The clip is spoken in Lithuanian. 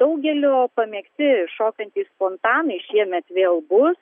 daugelio pamėgti šokantys fontanai šiemet vėl bus